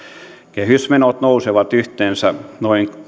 kehysmenot nousevat yhteensä noin